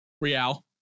Real